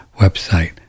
website